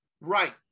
Right